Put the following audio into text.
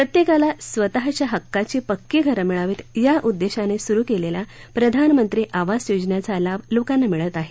प्रत्येकाला स्वतःच्या हक्काची पक्की घर मिळावीत या उद्देशानं सुरू केलेल्या प्रधानमंत्री आवास योजनेचा लाभ लोकांना मिळत आहे